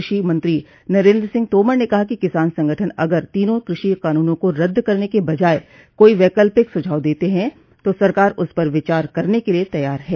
कृषि मंत्री नरेन्द्र सिंह तोमर ने कहा कि किसान संगठन अगर तीनों कृषि कानूनों को रद्द करने के बजाय कोई वैकल्पिक सुझाव देते हैं तो सरकार उस पर विचार करने के लिए तैयार है